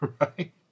right